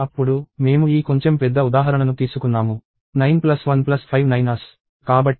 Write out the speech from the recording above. అప్పుడు మేము ఈ కొంచెం పెద్ద ఉదాహరణను తీసుకున్నాము 9 1 5 9's